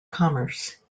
commerce